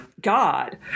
God